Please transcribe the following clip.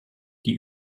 die